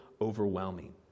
overwhelming